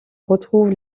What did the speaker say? retrouve